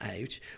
out